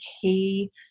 key